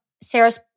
Sarah's